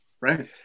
Right